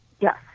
Yes